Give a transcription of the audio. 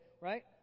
right